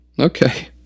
Okay